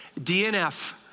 dnf